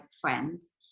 friends